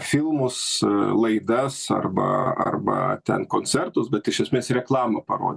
filmus laidas arba arba ten koncertus bet iš esmės reklamą parodyti